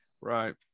right